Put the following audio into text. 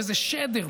וזה שדר.